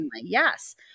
Yes